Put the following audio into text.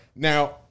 Now